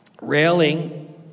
Railing